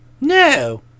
No